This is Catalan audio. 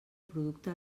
producte